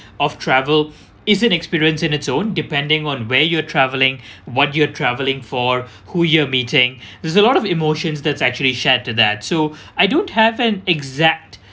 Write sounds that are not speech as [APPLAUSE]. of travel is an experience in its own depending on where you're travelling [BREATH] what you're traveling for who you're meeting [BREATH] there's a lot of emotions that's actually shared to that so I don't have an exact